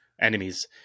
enemies